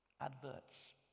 Adverts